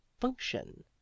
function